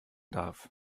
darf